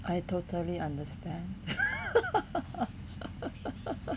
I totally understand